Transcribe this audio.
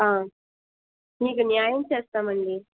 మీకు న్యాయం చేస్తాం అండి